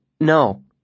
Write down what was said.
No